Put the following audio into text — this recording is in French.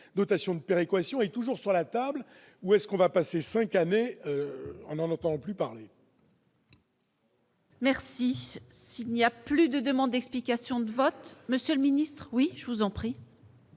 dotations de péréquation et toujours sur la table ou est-ce qu'on va passer 5 années, on en entend plus parler. Merci, s'il n'y a plus de demande, explications de vote, monsieur le Ministre, oui, je vous en prie.